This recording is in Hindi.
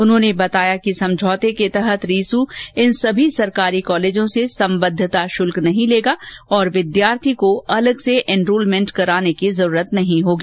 उन्होंने बताया कि समझौते के तहत रीसू इन सभी सरकारी कॉलेजों से सम्बद्धता शुल्क नहीं लेगा और विद्यार्थी को अलग से एनरोलमेंट कराने की आवश्यकता नहीं होगी